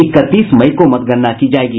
इकतीस मई को मतगणना की जायेगी